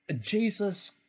Jesus